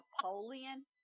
Napoleon